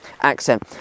accent